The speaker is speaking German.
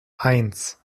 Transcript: eins